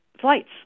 flights